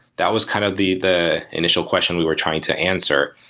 that was kind of the the initial question we were trying to answer.